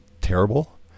terrible